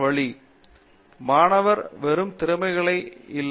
பேராசிரியர் பாபு விசுவநாத் மாணவர் பெறும் திறமைகள் இவை